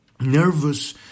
nervous